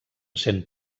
sent